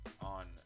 on